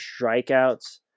strikeouts